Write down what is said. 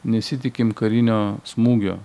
nesitikim karinio smūgio